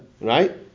Right